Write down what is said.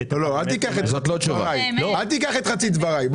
אל תיקח את חצי דבריי.